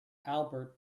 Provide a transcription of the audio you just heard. albert